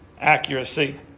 accuracy